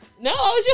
no